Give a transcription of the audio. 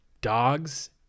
dogs